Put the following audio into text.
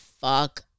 fuck